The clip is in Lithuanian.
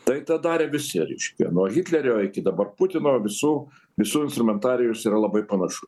tai tą darė visi reiškia nuo hitlerio iki dabar putino visų visų instrumentarijus yra labai panašus